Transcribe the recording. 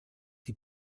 die